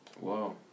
Wow